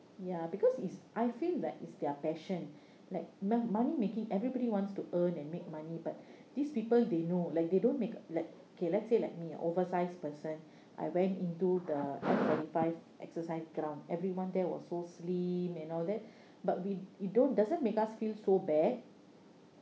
ya because it's I feel that it's their passion like mo~ money making everybody wants to earn and make money but these people they know like they don't make like okay let's say like me an oversized person I went into the f forty five exercise ground everyone there was so slim and all that but we we don't doesn't make us feel so bad